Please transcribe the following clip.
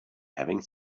having